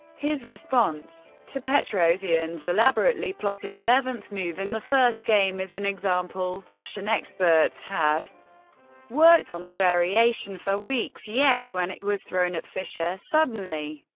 his response to petrosian's elaborately plotted eleventh move in the first game is an example russian experts had worked on the variation for weeks, yet when it was thrown at fischer suddenly,